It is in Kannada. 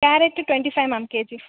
carrot twenty five ma'am KG